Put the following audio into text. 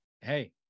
hey